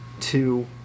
two